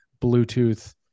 Bluetooth